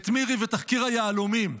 את מירי ותחקיר היהלומים.